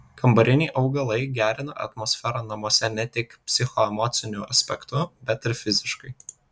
kambariniai augalai gerina atmosferą namuose ne tik psichoemociniu aspektu bet ir fiziškai